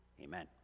Amen